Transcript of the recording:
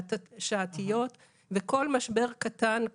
שעתיות וכל משבר קטן,